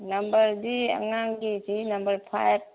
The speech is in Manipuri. ꯅꯝꯕꯔꯗꯤ ꯑꯉꯥꯡꯒꯤꯗꯤ ꯅꯝꯕꯔ ꯐꯥꯏꯚ